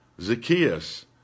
Zacchaeus